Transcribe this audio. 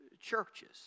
churches